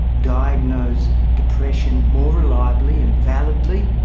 diagnose depression more reliably and validly,